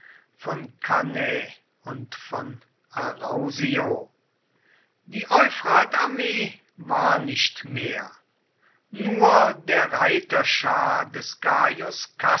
von cannae und von arausio die euphratarmee war nicht mehr nur der reiterschar des